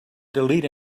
delete